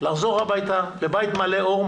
לחזור הביתה לבית מלא אור,